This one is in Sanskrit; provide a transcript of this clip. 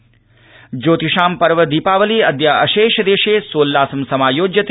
दीपावली ज्योतिषां पर्व दीपावली अद्य अशेष देशे सोल्लासं समायोज्यते